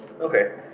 Okay